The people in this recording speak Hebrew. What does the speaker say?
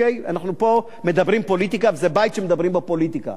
אנחנו פה מדברים פוליטיקה וזה בית שמדברים בו פוליטיקה.